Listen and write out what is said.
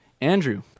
andrew